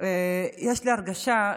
יש לי הרגשה,